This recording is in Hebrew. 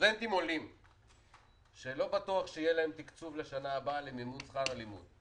סטודנטים עולים שלא בטוח שיהיה להם תקצוב לשנה הבאה למימון שכר הלימוד.